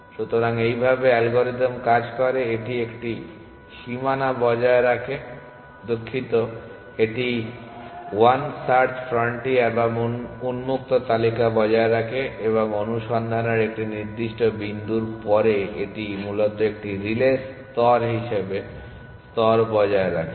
সুতরাং এইভাবে অ্যালগরিদম কাজ করে এটি একটি সীমানা বজায় রাখে দুঃখিত এটি 1 সার্চ ফ্রন্টিয়ার বা উন্মুক্ত তালিকা বজায় রাখে এবং অনুসন্ধানের একটি নির্দিষ্ট বিন্দুর পরে এটি মূলত একটি স্তর রিলে স্তর বজায় রাখে